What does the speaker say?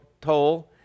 toll